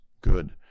good